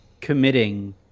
committing